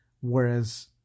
Whereas